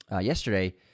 yesterday